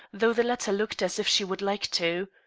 though the latter looked as if she would like to.